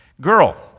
girl